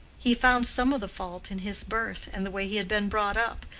he found some of the fault in his birth and the way he had been brought up,